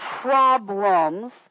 problems